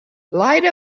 light